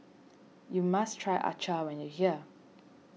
you must try Acar when you are here